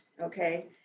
okay